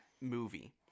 movie